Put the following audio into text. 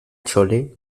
chole